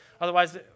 Otherwise